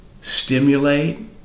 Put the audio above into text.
stimulate